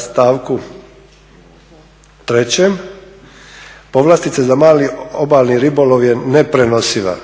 stavku 3.povlastice za mali obalni ribolov je neprenosiva.